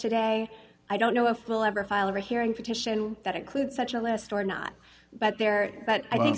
today i don't know if we'll ever file or a hearing petition that includes such a list or not but there but i think